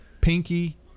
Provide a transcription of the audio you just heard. Pinky